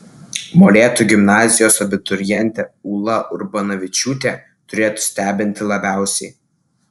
molėtų gimnazijos abiturientė ūla urbonavičiūtė turėtų stebinti labiausiai